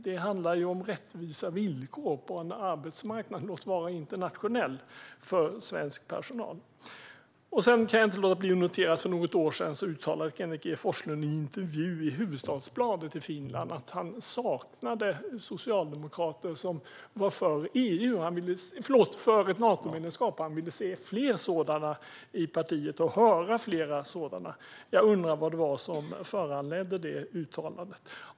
Det handlar ju om rättvisa villkor på en arbetsmarknad, låt vara internationell, för svensk personal. Sedan kan jag inte låta bli att notera att för något år sedan uttalade Kenneth G Forslund i en intervju i Hufvudstadsbladet i Finland att han saknade socialdemokrater som var för ett Natomedlemskap och att han vill se och höra fler sådana i partiet. Jag undrar vad det var som föranledde det uttalandet.